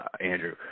Andrew